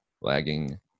lagging